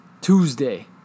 Tuesday